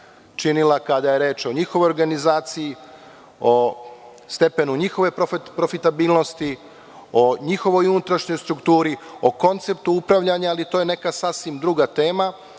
činila kada je reč o njihovoj organizaciji, o stepenu njihove profitabilnosti, o njihovoj unutrašnjoj strukturi, o konceptu upravljanja, ali to je neka sasvim druga tema